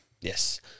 Yes